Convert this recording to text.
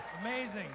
Amazing